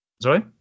Sorry